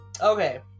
Okay